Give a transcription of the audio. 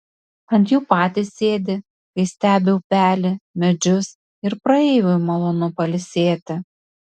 ant jų patys sėdi kai stebi upelį medžius ir praeiviui malonu pailsėti